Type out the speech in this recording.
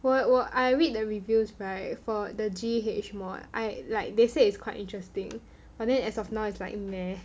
我我 I read the reviews right for the G_H mod I like they say it's quite interesting but then as of now it's like meh